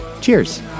Cheers